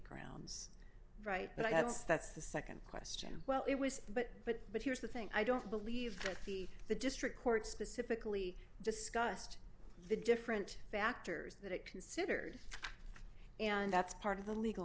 grounds right but i guess that's the nd question well it was but but but here's the thing i don't believe that the the district court specifically discussed the different factors that it considered and that's part of the legal